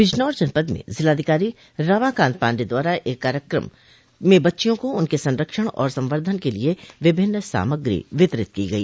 बिजनौर जनपद में जिलाधिकारी रमाकांत पाण्डेय द्वारा एक कार्यक्रम में बच्चियों को उनके संरक्षण और संवर्द्वन के लिये विभिन्न सामग्री वितरित की गई